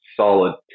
solid